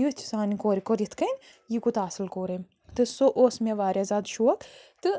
وٕچھ سانہِ کورِ کوٚر یِتھ کٔنۍ یہِ کوٗتاہ اَصٕل کوٚر أمۍ تہٕ سُہ اوس مےٚ واریاہ زیادٕ شوق تہٕ